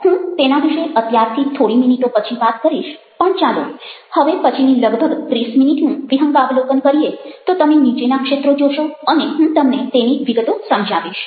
હું તેના વિશે અત્યારથી થોડી મિનિટો પછી વાત કરીશ પણ ચાલો હવે પછીની લગભગ 30 મિનિટનું વિહંગાવલોકન કરીએ તો તમે નીચેના ક્ષેત્રો જોશો અને હું તમને તેની વિગતો સમજાવીશ